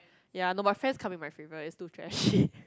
ya no but my friends comment my favorite is too trashy